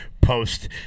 Post